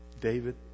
David